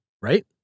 right